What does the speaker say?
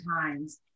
times